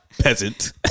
Peasant